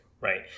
right